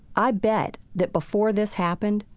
i bet that before this happened,